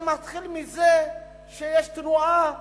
זה מתחיל מזה שיש תנועה